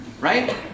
Right